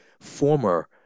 former